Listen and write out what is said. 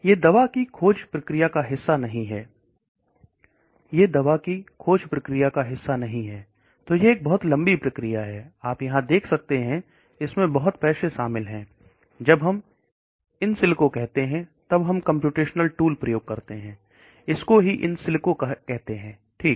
यह दवा की खोज प्रक्रिया का हिस्सा नहीं है तो यह एक बहुत लंबी प्रक्रिया है आप यहां देख सकते हैं इसमें बहुत पैसे शामिल हैं जब हम इनसिल्को कहते हैं तब हम कंप्यूटेशनल टूल प्रयोग करते हैं इसको ही इनसिलिको कहते हैं ठीक